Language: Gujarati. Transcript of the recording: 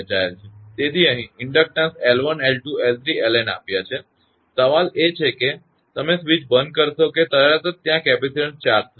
તેથી અહીં ઇન્ડક્ટન્સ 𝐿1 𝐿2 𝐿3 𝐿𝑛 આપ્યા છે સવાલ એ છે કે તમે સ્વીચ બંધ કરશો કે તરત જ આ કેપેસિટીન્સ ચાર્જ થશે